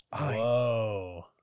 Whoa